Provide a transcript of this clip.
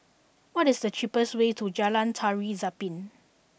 what is the cheapest way to Jalan Tari Zapin